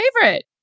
favorite